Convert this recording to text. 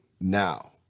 Now